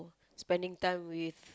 spending time with